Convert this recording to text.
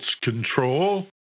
control